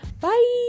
Bye